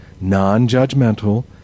non-judgmental